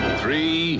three